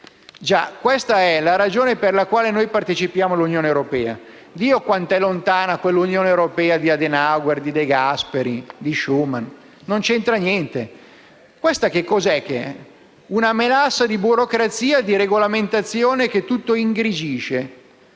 Questa è la ragione per la quale partecipiamo all'Unione europea. Quant'è lontana quell'Unione europea di Adenauer, di De Gasperi, di Schuman! Non c'entra niente. Questa è una melassa di burocrazia e di regolamentazione che tutto ingrigisce,